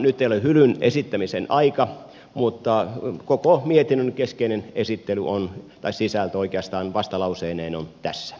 nyt ei ole hylyn esittämisen aika mutta koko mietinnön keskeinen sisältö vastalauseineen on tässä